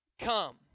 come